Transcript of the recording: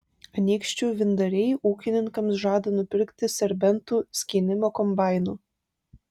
anykščių vyndariai ūkininkams žada nupirkti serbentų skynimo kombainų